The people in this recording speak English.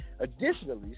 Additionally